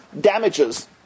damages